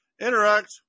Interact